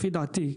לפי דעתי,